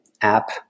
app